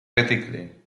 critically